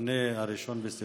לפני 1 בספטמבר,